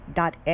dot